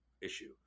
issue